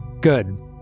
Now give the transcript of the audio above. Good